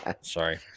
Sorry